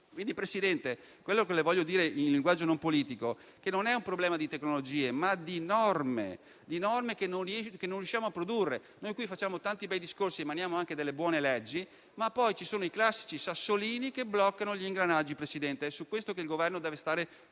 del Consiglio, quello che le voglio dire in linguaggio non politico è che non è un problema di tecnologie, ma di norme che non riusciamo a produrre. Qui facciamo tanti bei discorsi ed emaniamo anche buone leggi, ma poi ci sono i classici sassolini che bloccano gli ingranaggi: è su questo che il Governo deve stare più attento.